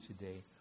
today